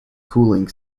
cooling